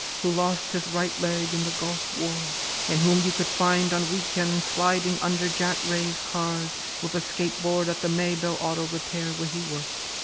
who lost his right leg in the gulf war and whom you could find on weekends sliding under jack-raised cars with a skateboard at the maybelle auto repair where he worked.